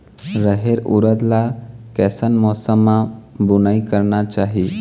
रहेर उरद ला कैसन मौसम मा बुनई करना चाही?